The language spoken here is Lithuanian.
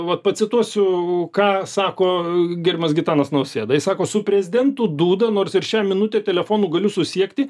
vat pacituosiu ką sako pirmas gitanas nausėda jis sako su prezidentu dūda nors ir šią minutę telefonu galiu susisiekti